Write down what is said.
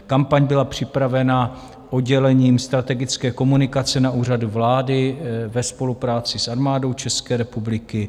Kampaň byla připravena oddělením strategické komunikace na Úřadu vlády ve spolupráci s Armádou České republiky.